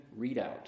readout